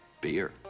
beer